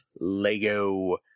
Lego